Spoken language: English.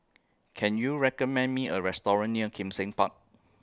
Can YOU recommend Me A Restaurant near Kim Seng Park